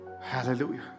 Hallelujah